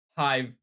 hive